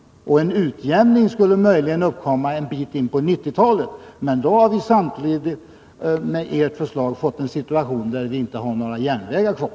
En utjämning skulle möjligen uppkomma en bit in på 1990-talet, men då har vi — om ert förslag genomförs — fått en situation då vi inte har några järnvägar kvar.